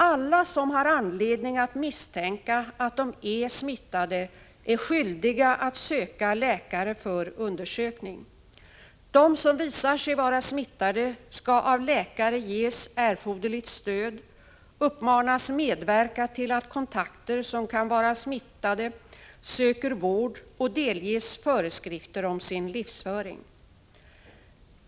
Alla som har anledning att misstänka att de är smittade är skyldiga att söka läkare för undersökning. De som visar sig vara smittade skall av läkare ges erforderligt stöd, uppmanas medverka till att kontakter som kan vara smittade söker vård och delges föreskrifter om sin livsföring.